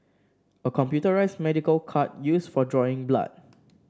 a computerised medical cart used for drawing blood